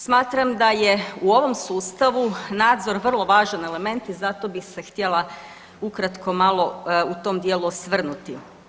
Smatram da je u ovom sustavu nadzor vrlo važan element i zato bih se htjela ukratko malo u tom dijelu osvrnuti.